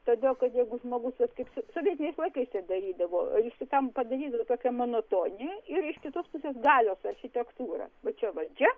todėl kad jeigu žmogus vat kaip sovietiniais laikais taip darydavo jie šitam padarydavo tokią monotoniją ir iš kitos pusės galios archiarchitektūrą va čia valdžia